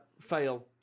fail